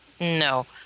No